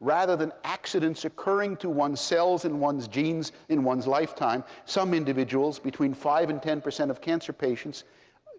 rather than accidents occurring to one's cells in one's genes in one's lifetime, some individuals between five percent and ten percent of cancer patients